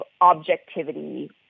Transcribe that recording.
objectivity